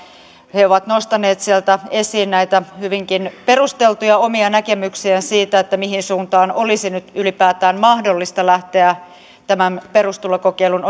he ovat nostaneet sieltä esiin näitä hyvinkin perusteltuja omia näkemyksiään siitä mihin suuntaan olisi nyt ylipäätään mahdollista lähteä tämän perustulokokeilun